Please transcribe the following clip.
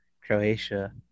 Croatia